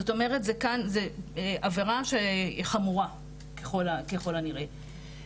זאת אומרת זו עבירה שהיא חמורה ככל הנראה.